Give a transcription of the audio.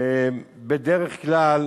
בדרך כלל